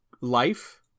life